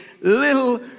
little